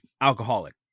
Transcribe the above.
alcoholic